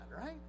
right